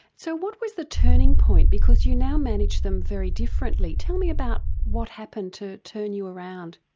so what was the turning point, because you now manage them very differently? tell me about what happened to turn you around.